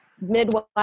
midwife